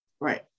right